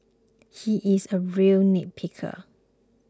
he is a real nitpicker